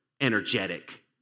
energetic